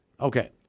Okay